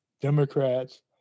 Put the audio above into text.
Democrats